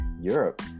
Europe